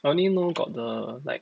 I mean got the like